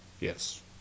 Yes